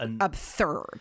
absurd